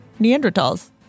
Neanderthals